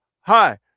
hi